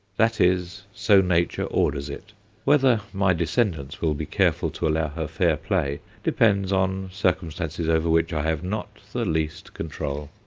that is, so nature orders it whether my descendants will be careful to allow her fair play depends on circumstances over which i have not the least control.